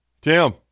Tim